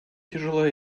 тяжело